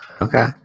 okay